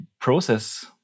process